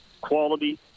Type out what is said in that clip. quality